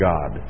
God